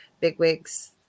bigwigs